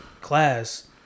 class